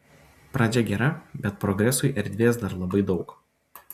pradžia gera bet progresui erdvės dar labai daug